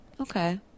Okay